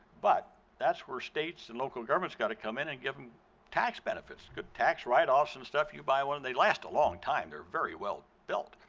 but that's where states and local governments got to come in and give them tax benefits. tax write-offs and stuff, you buy one, they last a long time, they're very well built.